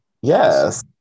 yes